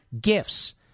gifts